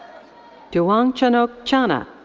duangchanoke chana.